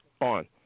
on